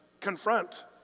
confront